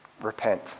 repent